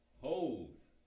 Hoes